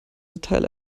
detail